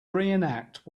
reenact